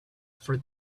for